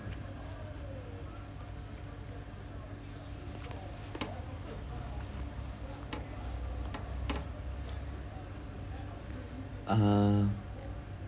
uh